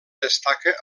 destaca